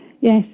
yes